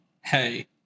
hey